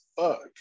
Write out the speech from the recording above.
fuck